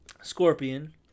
Scorpion